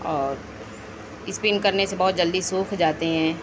اور اسپن کرنے سے بہت جلدی سُوکھ جاتے ہیں